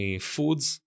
foods